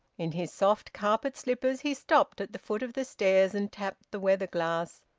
in his soft carpet-slippers he stopped at the foot of the stairs and tapped the weather-glass,